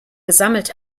gesammelt